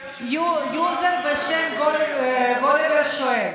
יוזר בשם גוליבר שואל: